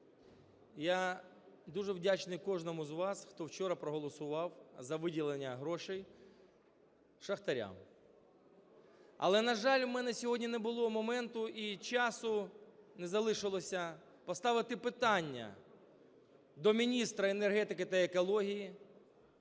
я дуже вдячний кожному з вас, хто вчора проголосував за виділення грошей шахтарям. Але, на жаль, у мене сьогодні не було моменту і часу не залишилося поставити питання до Міністерства енергетики та екології